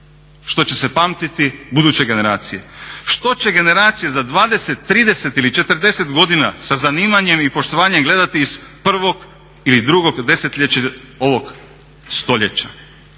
što će se pamtiti buduće generacije? Što će generacije za 20, 30 ili 40 godina sa zanimanjem i poštovanjem gledati iz prvog ili drugog desetljeća ovog stoljeća?